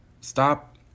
Stop